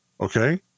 Okay